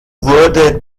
wurde